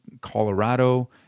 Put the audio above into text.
Colorado